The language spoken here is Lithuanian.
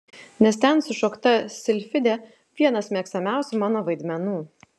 nes ten sušokta silfidė vienas mėgstamiausių mano vaidmenų